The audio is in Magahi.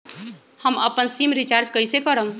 हम अपन सिम रिचार्ज कइसे करम?